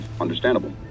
understandable